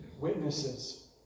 witnesses